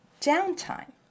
downtime